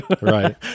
Right